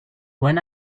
when